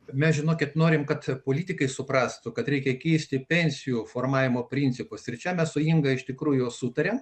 mes žinokit norime kad politikai suprastų kad reikia keisti pensijų formavimo principus ir čia mes su inga iš tikrųjų sutaria